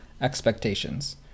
expectations